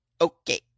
Okay